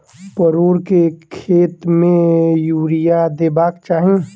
परोर केँ खेत मे यूरिया देबाक चही?